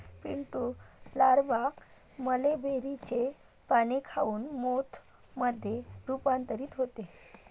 Pintu larva मलबेरीचे पाने खाऊन मोथ मध्ये रूपांतरित होते